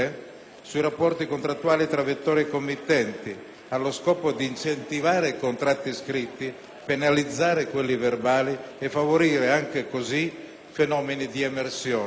sui rapporti contrattuali tra vettori e committenti, allo scopo di incentivare i contratti scritti, penalizzare quelli verbali e favorire così fenomeni di emersione.